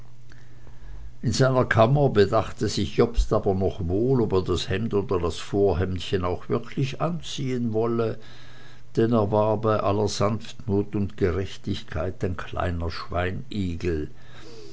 in seiner kammer bedachte sich jobst aber noch wohl ob er das hemd oder das vorhemdchen auch wirklich anziehen wolle denn er war bei aller sanftmut und gerechtigkeit ein kleiner